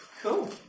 Cool